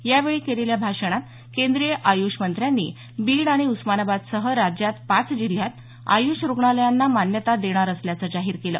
यावेळी केलेल्या भाषणात केंद्रीय आय्ष मंत्र्यांनी बीड आणि उस्मानबादसह राज्यात पाच जिल्ह्यात आयुष रुग्णालयांना मान्यता देणार असल्याचं जाहीर केलं